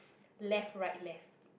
left right left